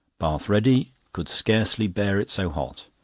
bath ready could scarcely bear it so hot.